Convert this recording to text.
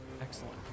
Excellent